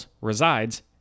resides